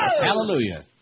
hallelujah